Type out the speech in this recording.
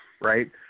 Right